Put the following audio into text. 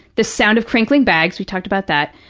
the sound of crinkling bags, we talked about that.